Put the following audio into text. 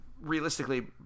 realistically